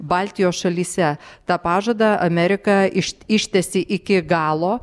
baltijos šalyse tą pažadą amerika iš ištesi iki galo